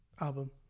album